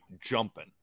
jumping